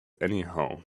anyhow